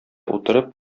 утырып